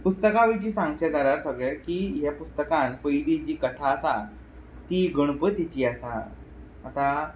पुस्तका विशीं सांगचें जाल्यार सगळें की हे पुस्तकांत पयलीं जी कथा आसा ती गणपतीची आसा आतां